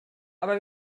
aber